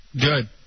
Good